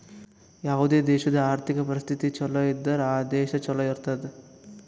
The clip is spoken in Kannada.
ಯಾವುದೇ ದೇಶಾದು ಆರ್ಥಿಕ್ ಪರಿಸ್ಥಿತಿ ಛಲೋ ಇದ್ದುರ್ ಆ ದೇಶಾ ಛಲೋ ಇರ್ತುದ್